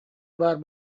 баар